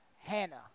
Hannah